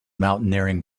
mountaineering